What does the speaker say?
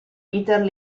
peter